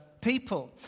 people